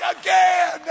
again